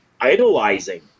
idolizing